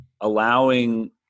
allowing